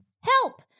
help